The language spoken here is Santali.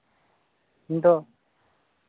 ᱤᱧᱫᱚ